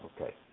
Okay